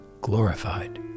glorified